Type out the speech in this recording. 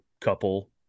couple